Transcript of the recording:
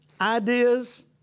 ideas